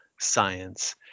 Science